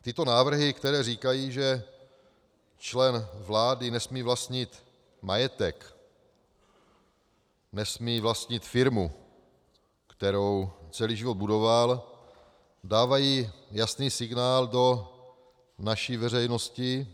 Tyto návrhy, které říkají, že člen vlády nesmí vlastnit majetek, nesmí vlastnit firmu, kterou celý život budoval, dávají jasný signál do naší veřejnosti.